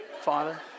Father